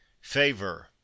favor